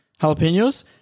jalapenos